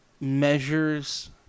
measures